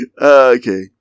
Okay